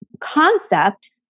concept